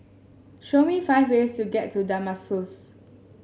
show me five ways to get to Damascus